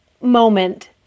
moment